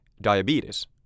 diabetes